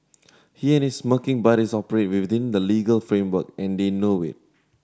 he and his smirking buddies operate within the legal framework and they know it